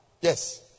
Yes